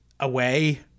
away